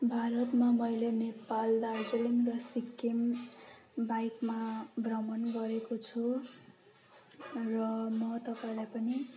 भारतमा मैले नेपाल दार्जिलिङ र सिक्किम बाइकमा भ्रमण गरेको छु र म तपाईँलाई पनि